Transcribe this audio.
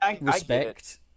respect